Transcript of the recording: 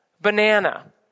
banana